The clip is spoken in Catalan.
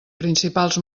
principals